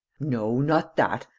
no, not that!